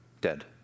dead